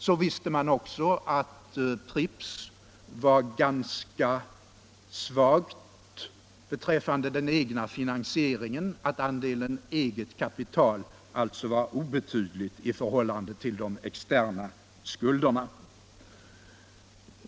Så visste man också att Pripps var ganska svagt beträffande den egna finansieringen, att andelen eget kapital alltså var obetydlig i förhållande till de externa skulderna.